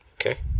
okay